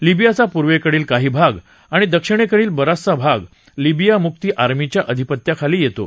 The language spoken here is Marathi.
लिबियाचा पूर्वेकडील काही भाग आणि दक्षि णेकडील बराचसा भाग लिबिया मुक्ती आर्मीच्या अधिपत्त्याखाली येतो